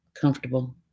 comfortable